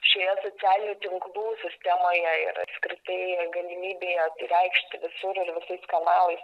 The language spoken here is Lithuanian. šioje socialinių tinklų sistemoje ir apskritai galimybėje reikšti visur ir visais kanalais